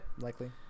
Likely